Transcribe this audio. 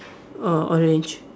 uh orange